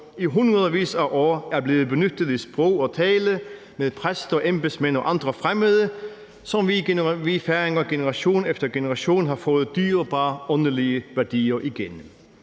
i hundredvis af år er blevet benyttet i sprog og tale med præst og embedsmænd og andre fremmede, som vi færinger i generation efter generation har fået dyrebare åndelige værdier igennem.